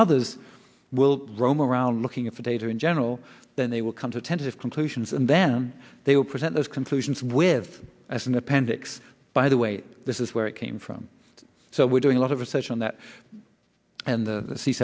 others will roam around looking for data in general then they will come to tentative conclusions and then they will present those conclusions with as an appendix by the way this is where it came from so we're doing a lot of research on that and the